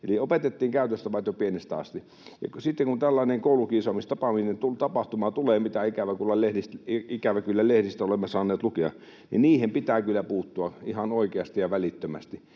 Eli opetettiin käytöstavat jo pienestä asti. Sitten kun tällainen koulukiusaamistapahtuma tulee, mitä ikävä kyllä lehdistä olemme saaneet lukea, niin siihen pitää kyllä puuttua ihan oikeasti ja välittömästi.